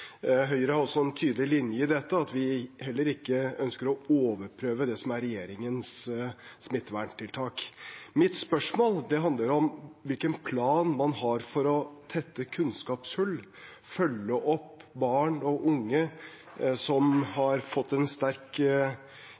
Høyre har også en tydelig linje i dette om at vi heller ikke ønsker å overprøve regjeringens smitteverntiltak. Mitt spørsmål handler om hvilken plan man har for å tette kunnskapshull, følge opp barn og unge som har fått en sterk